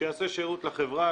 שיעשה שירות לחברה,